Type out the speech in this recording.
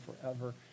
forever